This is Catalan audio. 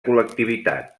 col·lectivitat